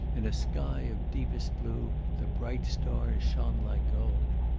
in a sky of deepest blue, the bright stars shone like gold.